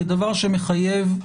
כדבר שמחייב,